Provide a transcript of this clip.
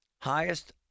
highest